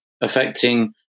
affecting